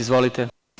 Izvolite.